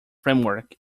framework